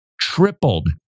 tripled